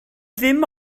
ddim